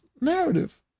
narrative